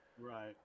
Right